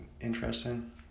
interesting